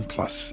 Plus